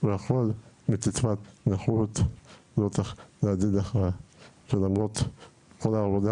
והכול מקצבת נכות --- למרות כל העבודה